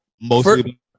mostly